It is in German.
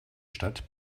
stadt